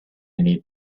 need